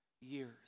years